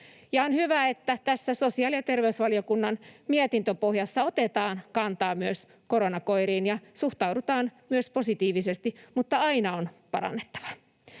On hyvä, että tässä sosiaali‑ ja terveysvaliokunnan mietintöpohjassa otetaan kantaa myös koronakoiriin ja suhtaudutaan myös positiivisesti, mutta aina on parannettavaa.